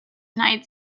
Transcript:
knight